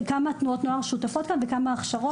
כמה תנועות נוער שותפות כאן וכמה הכשרות.